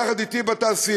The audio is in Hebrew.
יחד אתי בתעשייה.